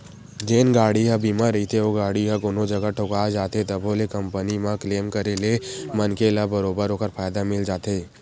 जेन गाड़ी ह बीमा रहिथे ओ गाड़ी ह कोनो जगा ठोका जाथे तभो ले कंपनी म क्लेम करे ले मनखे ल बरोबर ओखर फायदा मिल जाथे